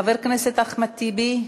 חבר הכנסת אחמד טיבי,